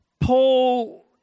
Paul